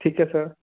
ਠੀਕ ਹੈ ਸਰ